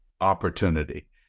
opportunity